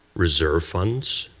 reserve funds,